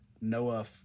Noah